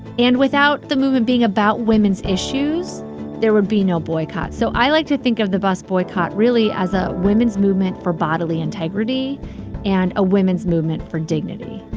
and without the movement being about women's issues there would be no boycott. so, i like to think of the bus boycott, really, as a women's movement for bodily integrity and a women's movement for dignity.